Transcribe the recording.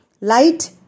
Light